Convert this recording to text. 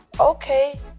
okay